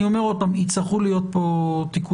אני אומר שוב שיצטרכו להיות כאן תיקונים.